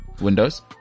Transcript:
windows